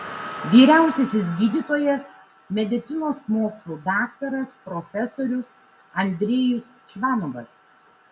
vyriausiasis gydytojas medicinos mokslų daktaras profesorius andrejus čvanovas